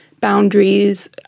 boundaries